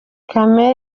comey